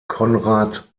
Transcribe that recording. conrad